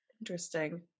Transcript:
Interesting